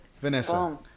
vanessa